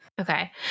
Okay